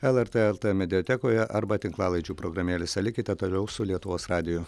lrt mediatekoje arba tinklalaidžių programėlėse likite toliau su lietuvos radiju